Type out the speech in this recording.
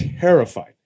terrified